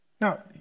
Now